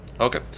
Okay